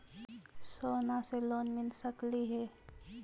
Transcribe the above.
सोना से लोन मिल सकली हे?